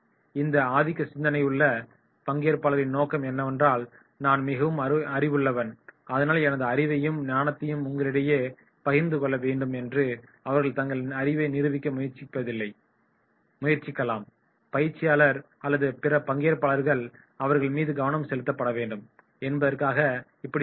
இந்த ஆதிக்க சிந்தனையுள்ள பங்கேற்பாளரின் நோக்கம் என்னவென்றால் நான் மிகவும் அறிவுள்ளவன் அதனால் எனது அறிவையும் ஞானத்தையும் உங்களிடையே பகிர்ந்து கொள்ள வேண்டும் என்ற அவர்கள் தங்கள் அறிவை நிருபிக்க முயற்சிக்கலாம் பயிற்சியாளர் அல்லது பிற பங்கேற்பாளர்கள் அவர்கள் மீது கவனம் செலுத்தபட வேண்டும் என்பதற்காக இப்படி செய்யலாம்